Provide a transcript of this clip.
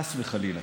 וחס וחלילה,